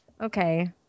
okay